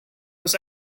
was